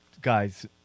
guys